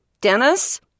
Dennis